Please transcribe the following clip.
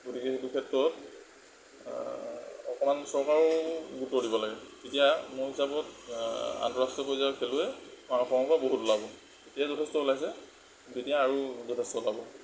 গতিকে সেইটো ক্ষেত্ৰত অকণমান চৰকাৰো গুৰুত্ব দিব লাগে তেতিয়া মোৰ হিচাপত আন্তঃৰাষ্ট্ৰীয় পৰ্যায়ৰ খেলুৱৈ আমাৰ পৰাও বহুত ওলাব এতিয়া যথেষ্ট ওলাইছে তেতিয়া আৰু যথেষ্ট ওলাব